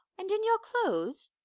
and in your clothes!